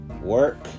work